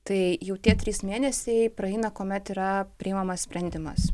tai jau tie trys mėnesiai praeina kuomet yra priimamas sprendimas